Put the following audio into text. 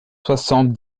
soixante